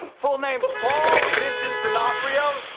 full name's paul vincent d'onofrio.